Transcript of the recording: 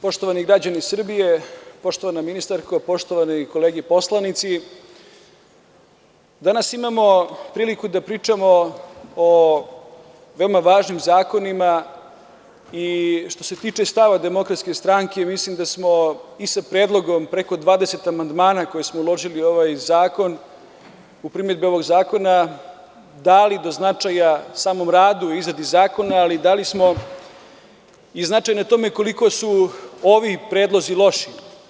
Poštovani građani Srbije, poštovana ministarko, poštovane kolege poslanici, danas imamo priliku da pričamo o veoma važnim zakonima i što se tiče stava DS, mislim da smo i sa predlogom preko 20 amandmana koje smo uložili u ovaj zakon, u primedbe ovog zakona, dali do značaja samom radu u izradi zakona, ali dali smo i značaj na tome koliko su ovi predlozi loši.